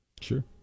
Sure